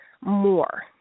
more